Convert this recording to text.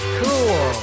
cool